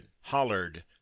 hollered